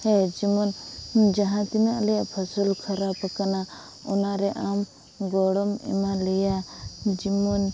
ᱦᱮ ᱡᱮᱢᱚᱱ ᱡᱟᱦᱟᱸ ᱛᱤᱱᱟᱹᱜ ᱟᱞᱮᱭᱟᱜ ᱯᱷᱚᱥᱚᱞ ᱠᱷᱟᱨᱟᱯ ᱟᱠᱟᱱᱟ ᱚᱱᱟᱨᱮ ᱟᱢ ᱜᱚᱲᱚᱢ ᱮᱢᱟᱞᱮᱭᱟ ᱡᱮᱢᱚᱱ